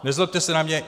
Nezlobte se na mě.